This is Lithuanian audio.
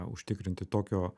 užtikrinti tokio